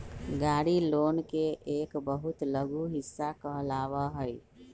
गाड़ी लोन के एक बहुत लघु हिस्सा कहलावा हई